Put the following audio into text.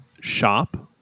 shop